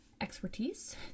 expertise